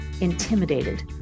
intimidated